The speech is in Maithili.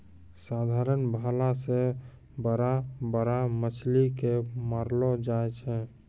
साधारण भाला से बड़ा बड़ा मछली के मारलो जाय छै